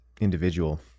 individual